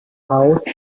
house